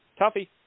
Tuffy